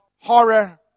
horror